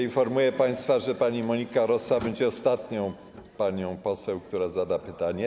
Informuję państwa, że pani Monika Rosa będzie ostatnią panią poseł, która zada pytanie.